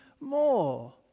more